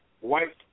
white